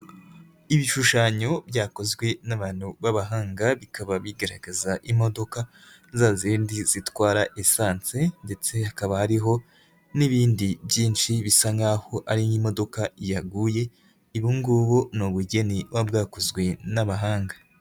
Ibishushanyo byakozwe n'abantu b'abahanga bikaba bigaragaza imodoka za zindi zitwara esanse ndetse hakaba hariho n'ibindi byinshi bisa nk'aho ari nk'imodoka yaguye, ubungubu ni ubugeni bubu bwakozwe n'abahanga.